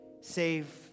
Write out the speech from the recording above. save